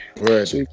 right